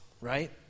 right